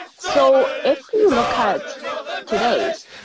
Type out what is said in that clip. so if you look at today,